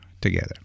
together